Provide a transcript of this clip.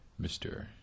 Mr